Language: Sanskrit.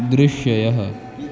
दृश्यः